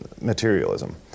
materialism